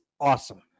awesome